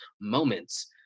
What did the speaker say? moments